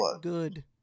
good